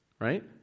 Right